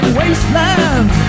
wasteland